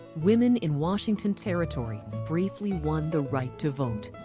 women in washington territory briefly won the right to vote.